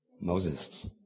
Moses